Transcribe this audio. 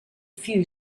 few